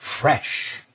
fresh